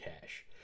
cash